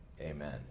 amen